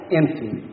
empty